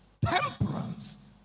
Temperance